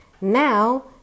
Now